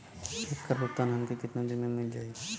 ऐकर भुगतान हमके कितना दिन में मील जाई?